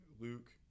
Luke